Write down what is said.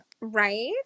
right